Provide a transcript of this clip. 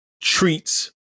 treats